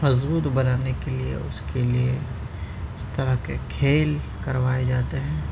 مضبوط بنانے کے لیے اس کے لیے اس طرح کے کھیل کروائے جاتے ہیں